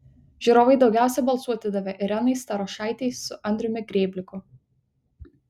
žiūrovai daugiausiai balsų atidavė irenai starošaitei su andriumi grėbliku